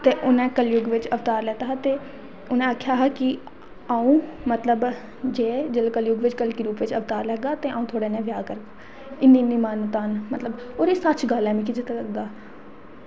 ते उनें कलयुग बिच अवतार लैता हा ते उनें आक्खेआ हा की अंऊ मतलब जे अंऊ कलयुग बिच अवतार लैगा ते अंऊ थुआढ़े कन्नै ब्याह् करगा एह् मान्यता न पर मिगी सच्च लगदा जित्थें तगर